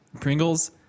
Pringles